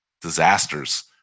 disasters